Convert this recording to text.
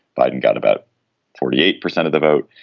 biden got about forty eight percent of the vote.